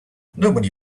nobody